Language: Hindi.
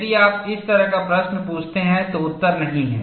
यदि आप इस तरह का प्रश्न पूछते हैं तो उत्तर नहीं है